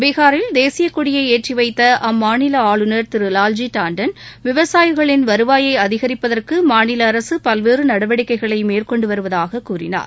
பீகாரில் தேசியக்கொடியை ஏற்றிவைத்த அம்மாநில ஆஞநர் திரு லால்ஜி டாண்டன் விவசாயிகளின் வருவாயை அதிகரிப்பதற்கு மாநில அரசு பல்வேறு நடவடிக்கைகளை மேற்கொண்டு வருவதாக கூறினார்